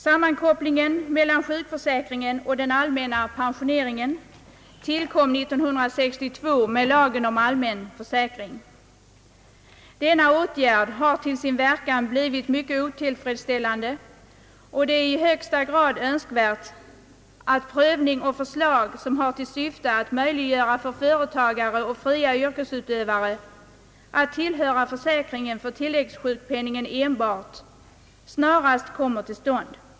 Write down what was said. Sammankopplingen mellan sjukförsäkringen och den allmänna pensioneringen tillkom 1962 med lagen om allmän försäkring. Denna åtgärd har till sin verkan blivit mycket otillfredsställande, och det är i högsta grad önskvärt att förslag som har till syfte att möjliggöra för företagare och fria yrkesutövare att tillhöra försäkringen för tilläggssjukpenningen enbart snarast kommer till stånd.